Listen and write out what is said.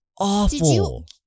awful